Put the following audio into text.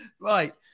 Right